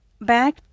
back